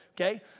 okay